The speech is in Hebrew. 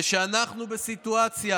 כשאנחנו בסיטואציה